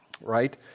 right